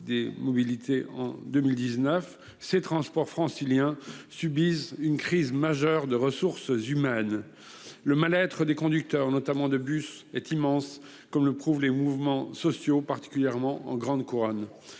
des mobilités en 2019, subissent une crise majeure de ressources humaines. Le mal-être des conducteurs, notamment des conducteurs de bus, est immense, comme le prouvent les mouvements sociaux, particulièrement en grande couronne.